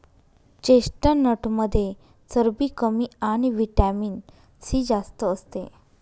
चेस्टनटमध्ये चरबी कमी आणि व्हिटॅमिन सी जास्त असते